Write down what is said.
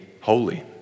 holy